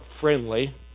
friendly